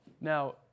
Now